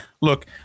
look